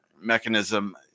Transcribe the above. mechanism